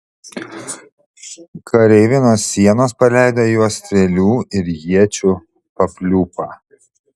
kareiviai nuo sienos paleido į juos strėlių ir iečių papliūpą